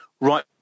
right